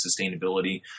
sustainability